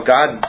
God